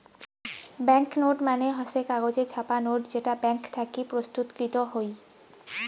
bank note মানে হসে কাগজে ছাপা নোট যেটা ব্যাঙ্ক থাকি প্রস্তুতকৃত হই